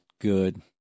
good